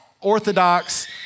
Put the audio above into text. Orthodox